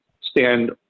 stand